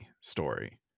story